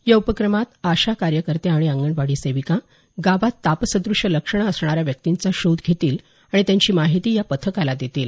या उपक्रमात आशा कार्यकर्त्या आणि अंगणवाडी सेविका गावात तापसद्रश्य लक्षणं असणाऱ्या व्यक्तींचा शोध घेतील आणि त्यांची माहिती या पथकाला देतील